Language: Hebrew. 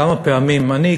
כמה פעמים אני,